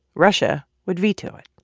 russia would veto it.